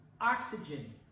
oxygen